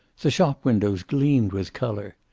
the shop windows gleamed with color.